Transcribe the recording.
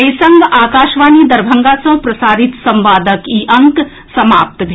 एहि संग आकाशवाणी दरभंगा सँ प्रसारित संवादक ई अंक समाप्त भेल